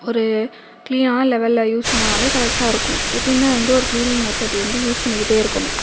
ஒரு க்ளீனான லெவலில் யூஸ் பண்ணோனாலே கரெக்டாக இருக்கும் எப்போயுமே வந்து ஒரு க்ளீனிங் மெத்தேட் வந்து யூஸ் பண்ணிக்கிட்டு இருக்கணும்